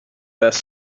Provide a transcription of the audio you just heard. best